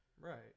Right